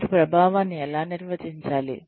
మీరు ప్రభావాన్ని ఎలా నిర్వచించాలి